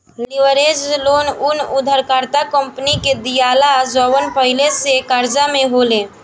leverage loan उ उधारकर्ता company के दीआला जवन पहिले से कर्जा में होले